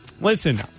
listen